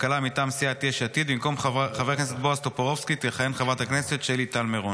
שעה, חרבות ברזל) (תיקון מס' 3),